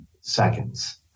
seconds